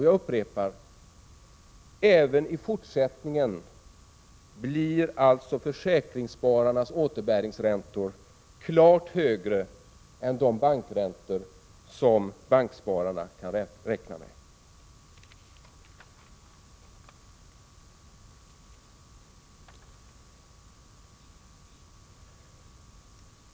Jag upprepar: Även i fortsättningen blir försäkringsspararnas återbäringsräntor klart högre än de räntor som bankspararna kan räkna med.